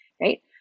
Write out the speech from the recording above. right